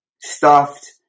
stuffed